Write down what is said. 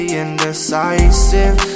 indecisive